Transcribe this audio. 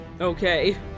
Okay